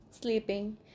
sleeping